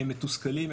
הם מתוסכלים,